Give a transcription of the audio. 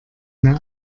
mehr